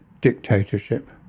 dictatorship